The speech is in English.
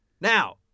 Now